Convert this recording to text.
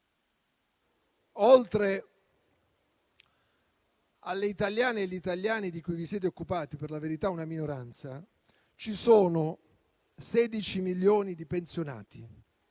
oltre alle italiane e agli italiani di cui vi siete occupati, per la verità una minoranza, ci sono 16 milioni di pensionati